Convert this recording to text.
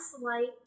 light